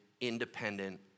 independent